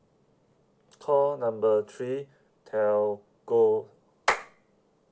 call number three telco